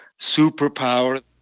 superpower